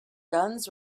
guns